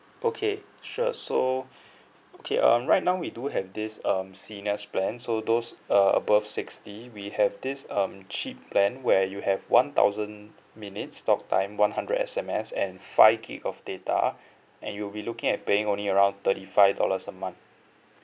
okay sure so okay um right now we do have this um senior's plan so those uh above sixty we have this um cheap plan where you have one thousand minutes talk time one hundred S_M_S and five gig of data and you'll be looking at paying only around thirty five dollars a month